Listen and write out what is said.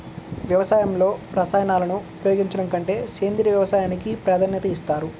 వ్యవసాయంలో రసాయనాలను ఉపయోగించడం కంటే సేంద్రియ వ్యవసాయానికి ప్రాధాన్యత ఇస్తారు